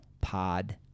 pod